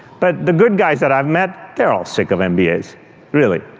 but the good guys that i've met, they're all sick of and mbas. really.